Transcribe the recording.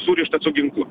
surišta su ginklu